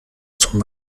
zum